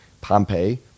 Pompeii